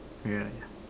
ya ya